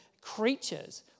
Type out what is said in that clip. creatures